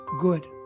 good